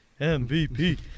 MVP